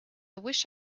wish